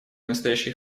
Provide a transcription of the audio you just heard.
настоящий